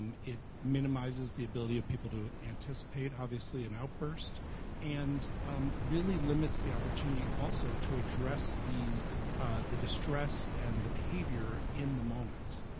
um it minimizes the ability of people to anticipate obviously an outburst and um really limits the opportunity also to address these the distress and behavior in the moment.